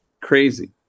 Crazy